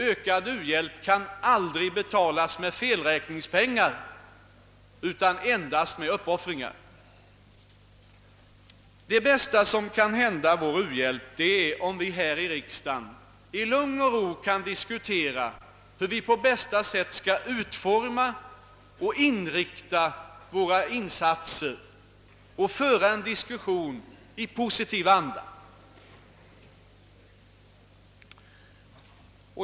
Ökad u-hjälp kan aldrig betalas med felräkningspengar utan endast med uppoffringar. Det bästa som kan hända vår u-hjälp är att vi här i riksdagen i lugn och ro och i positiv anda diskuterar hur vi på lämpligaste sätt skall utforma och inrikta våra insatser.